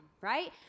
right